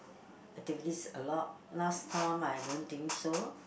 activities a lot last time I don't think so